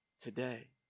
today